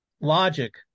Logic